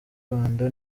rwanda